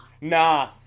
Nah